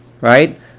right